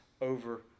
over